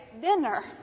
dinner